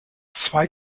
zwei